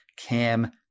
Cam